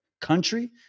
country